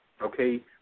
Okay